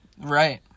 Right